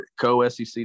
Co-SEC